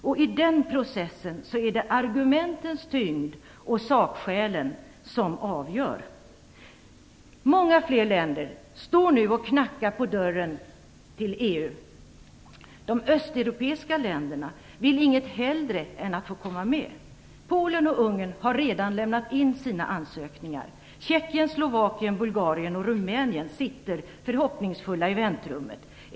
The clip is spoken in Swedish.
Och i den processen är det sakskälen och argumentens tyngd som avgör. Många fler länder knackar nu på dörren till EU. De östeuropeiska länderna vill inget hellre än att få komma med. Polen och Ungern har redan lämnat in sina ansökningar. Tjeckien, Slovakien, Bulgarien och Rumänien sitter förhoppningsfulla i väntrummet.